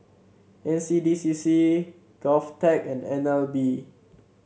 N C D C C Govtech and N L B